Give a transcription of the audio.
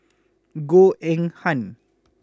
Goh Eng Han